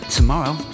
Tomorrow